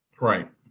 Right